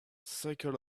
circle